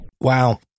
Wow